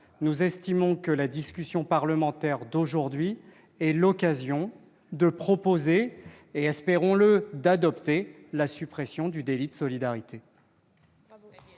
Nous estimons que la discussion parlementaire d'aujourd'hui est l'occasion de proposer et, espérons-le, d'adopter la suppression du délit de solidarité.